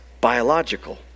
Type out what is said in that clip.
biological